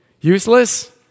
Useless